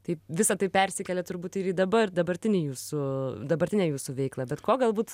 taip visa tai persikelia turbūt ir į dabar dabartinį jūsų dabartinę jūsų veiklą bet ko galbūt